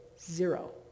zero